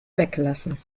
weggelassen